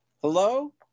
Hello